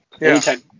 anytime